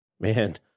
Man